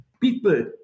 People